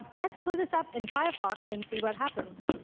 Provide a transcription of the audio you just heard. let's put this up in firefox and see what happens.